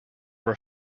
were